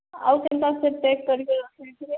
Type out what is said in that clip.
ଆଉ ତିନି litre pack କରିକି ରଖି ଦେଇଥିବେ